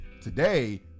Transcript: Today